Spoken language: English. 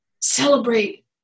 celebrate